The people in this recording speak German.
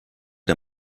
der